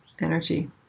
energy